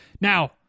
Now